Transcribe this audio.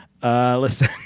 Listen